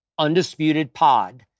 UndisputedPod